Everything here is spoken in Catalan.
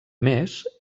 més